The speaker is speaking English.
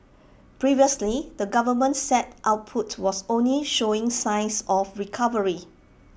previously the government said output was only showing signs of recovery